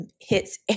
hits